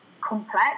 complex